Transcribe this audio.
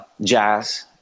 jazz